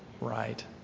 right